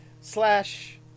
slash